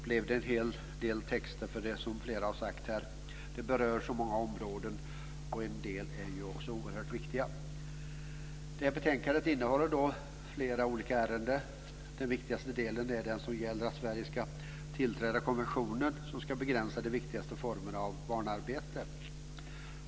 Detta berör ju så många områden, som flera har sagt här, och en del är också oerhört viktiga. Betänkanden innehåller alltså flera olika ärenden. Den viktigaste delen är den som gäller att Sverige ska tillträda konventionen som ska begränsa de viktigaste formerna av barnarbete.